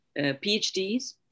PhDs